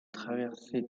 traversée